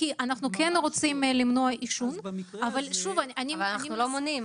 אנחנו כן רוצים למנוע עישון --- אבל אנחנו לא מונעים,